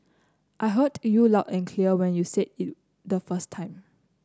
I heard you loud and clear when you said it the first time